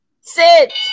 Sit